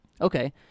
Okay